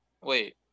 wait